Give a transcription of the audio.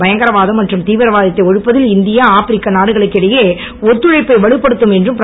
பயங்கரவாதம் மற்றும் தீவிரவாதத்தை ஒழிப்பதில் இந்தியா ஆப்ரிக்க நாடுகளுக்கிடையே ஒத்துழைப்பை வலுப்படுத்தும் என்றும் பிரதமர் தெரிவித்தார்